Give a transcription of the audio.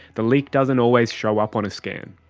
the leak doesn't always show up on a scan.